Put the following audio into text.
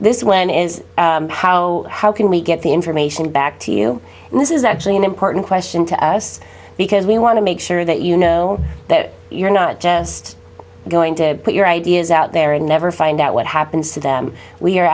this when is how how can we get the information back to you and this is actually an important question to us because we want to make sure that you know that you're not just going to put your ideas out there and never find out what happens to them we are